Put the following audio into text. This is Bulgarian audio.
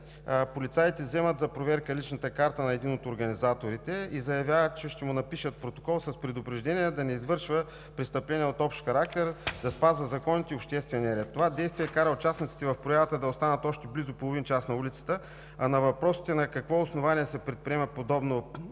Полицаите вземат за проверка личната карта на един от организаторите и заявяват, че ще му напишат протокол с предупреждение да не извършва престъпления от общ характер, да спазва законите и обществения ред. Това действие кара участниците в проявата да останат още близо половин час на улицата, а на въпросите на какво основание се предприема подобно